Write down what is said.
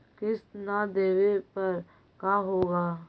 किस्त न देबे पर का होगा?